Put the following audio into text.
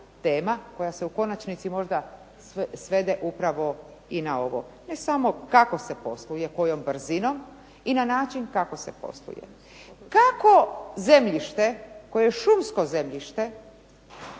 koja se u konačnici možda svede upravo i na ovo, ne samo kako se posluje, kojom brzinom i na način kako se posluje. Kako zemljište koje je šumsko zemljište